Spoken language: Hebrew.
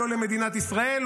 לא למדינת ישראל,